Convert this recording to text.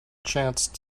chance